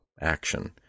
action